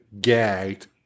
gagged